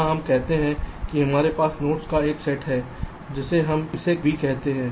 यहाँ हम कहते हैं कि हमारे पास नोड्स का सेट है जिसे हम इसे कैपिटल V कहते हैं